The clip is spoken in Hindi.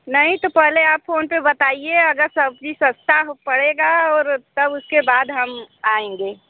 नहीं तो पहले आप फोन पर बताइए अगर सब्ज़ी सस्ता पड़ेगा और तब उसके बाद हम आएंगे